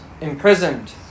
imprisoned